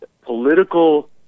political